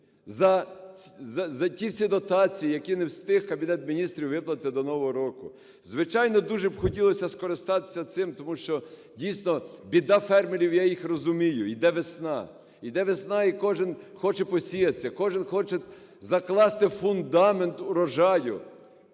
за ті всі дотації, які не встиг Кабінет Міністрів виплатити до нового року?" Звичайно, дуже б хотілося скористатися цим, тому що, дійсно, біда фермерів, я їх розумію, іде весна. Іде весна, і кожен хоче посіяти, кожен хоче закласти фундамент урожаю.